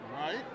Right